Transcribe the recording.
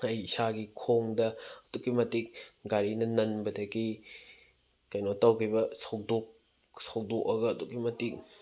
ꯑꯩ ꯏꯁꯥꯒꯤ ꯈꯣꯡꯗ ꯑꯗꯨꯛꯀꯤ ꯃꯇꯤꯛ ꯒꯥꯔꯤꯅ ꯅꯟꯕꯗꯒꯤ ꯀꯩꯅꯣ ꯇꯧꯈꯤꯕ ꯁꯧꯗꯣꯛꯑꯒ ꯑꯗꯨꯛꯀꯤ ꯃꯇꯤꯛ